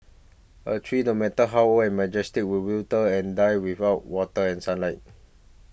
a tree no matter how old and majestic will wither and die without water and sunlight